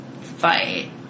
fight